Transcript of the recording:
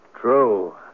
True